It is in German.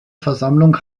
versammlung